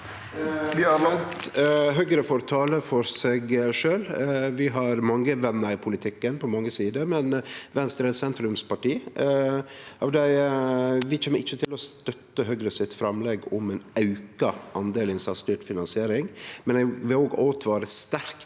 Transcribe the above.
Høgre får tale for seg sjølv. Vi har mange vener i politikken på mange sider, men Venstre er eit sentrumsparti. Vi kjem ikkje til å støtte Høgre sitt framlegg om ein auka andel innsatsstyrt finansiering, men eg vil òg åtvare sterkt